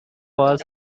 was